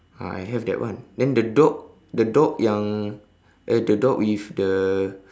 ah I have that one then the dog the dog yang uh the dog with the